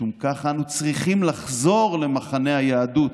משום כך אנו צריכים לחזור למחנה היהדות,